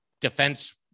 defense